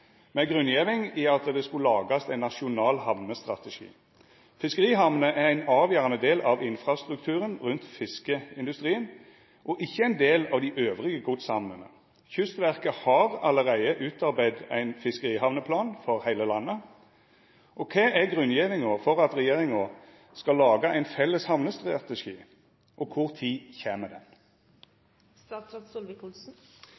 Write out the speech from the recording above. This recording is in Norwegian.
med grunngjeving i at det skulle lagast ein nasjonal hamnestrategi. Fiskerihamner er ein avgjerande del av infrastrukturen rundt fiskeindustrien, og ikkje ein del av dei andre godshamnene. Kystverket har allereie utarbeidd ein fiskerihamneplan for heile landet. Kva er grunngjevinga for at regjeringa skal laga ein felles hamnestrategi, og kva tid kjem